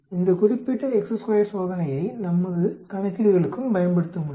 இந்த குறிப்பிட்ட சோதனையை நமது கணக்கீடுகளுக்கும் பயன்படுத்த முடியும்